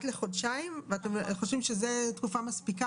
לחודשיים ואתם חושבים שזה פרק זמן מספיק,